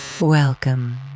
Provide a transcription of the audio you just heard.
Welcome